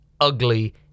ugly